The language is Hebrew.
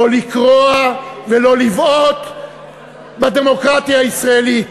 לא לקרוע ולא לבעוט בדמוקרטיה הישראלית.